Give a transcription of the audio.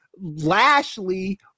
Lashley